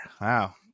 Wow